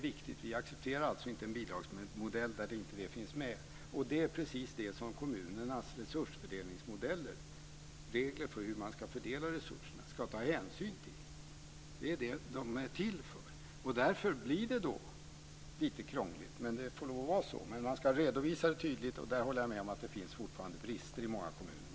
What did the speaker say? Vi accepterar inte en bidragsmodell där detta inte finns med, och det är precis det som kommunernas resusfördelningsmodeller - regler för hur resurserna ska fördelas - ska ta hänsyn till. Därför blir det lite krångligt. Men man ska redovisa tydligt, och där håller jag med om att det fortfarande finns brister i många kommuner.